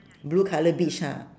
blue colour beach ha